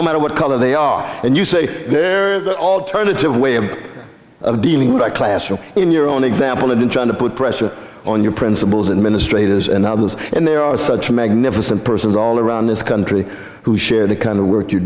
no matter what color they are and you say there are alternative way of dealing with a classroom in your own example and in trying to put pressure on your principals administrator is and others and there are such magnificent persons all around this country who share the kind of work you're